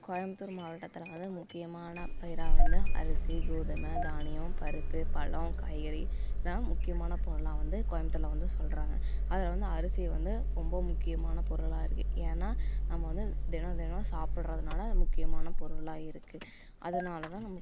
கோயம்புத்தூர் மாவட்டத்தில் வந்து முக்கியமான பயிராக வந்து அரிசி கோதுமை தானியம் பருப்பு பழம் காய்கறி இதுதான் முக்கியமான பொருளாக வந்து கோயம்புத்தூர்ல வந்து சொல்கிறாங்க அதில் வந்து அரிசி வந்து ரொம்ப முக்கியமான பொருளாக இருக்கு ஏன்னா நம்ம வந்து தினம் தினம் சாப்பிட்றதுனால அது முக்கியமான பொருளாக இருக்குது அதனாலதான் நம்ம